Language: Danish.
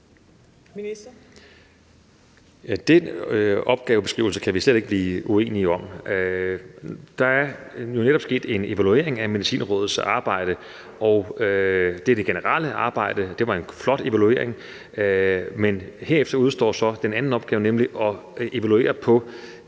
Den opgavebeskrivelse kan vi slet ikke blive uenige om. Der er jo netop sket en evaluering af Medicinrådets arbejde. Det gjaldt det generelle arbejde, og det var en flot evaluering. Men herefter udestår den anden opgave, nemlig at evaluere